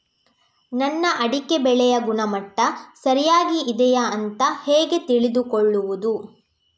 ನನ್ನ ಅಡಿಕೆ ಬೆಳೆಯ ಗುಣಮಟ್ಟ ಸರಿಯಾಗಿ ಇದೆಯಾ ಅಂತ ಹೇಗೆ ತಿಳಿದುಕೊಳ್ಳುವುದು?